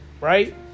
Right